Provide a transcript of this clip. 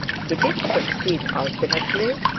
he did succeed ultimately,